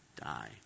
Die